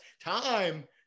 time